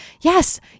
yes